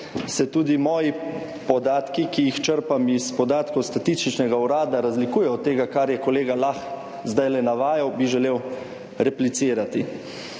se tudi moji podatki, ki jih črpam iz podatkov Statističnega urada razlikuje od tega kar je kolega Lah zdaj navajal, bi želel replicirati.